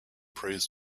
prays